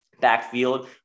backfield